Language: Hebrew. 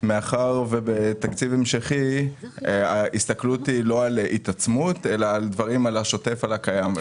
מאחר שבתקציב המשכי ההסתכלות היא לא על התעצמות אלא על השוטף ועל הקיים.